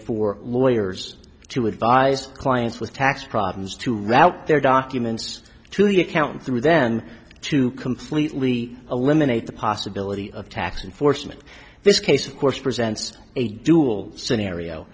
for lawyers to advise clients with tax problems to route their documents to the account through then to completely eliminate the possibility of tax unfortunately this case of course presents a dual scenario